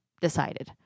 decided